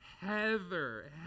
Heather